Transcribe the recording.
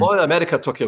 oi amerika tokia